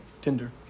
Tinder